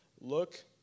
look